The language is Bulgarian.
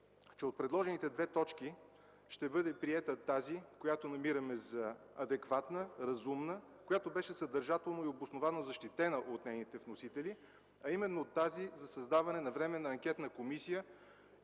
че от предложените две точки ще бъде приета тази, която намираме за адекватна, разумна, която беше съдържателно и обосновано защитена от нейните вносители – за създаване на временна анкетна комисия,